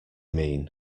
mean